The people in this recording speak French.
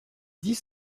dix